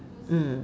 mm